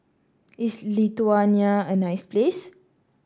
is Lithuania a nice place